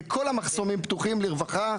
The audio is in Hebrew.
כי כל המחסומים פתוחים לרווחה.